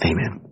Amen